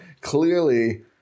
clearly –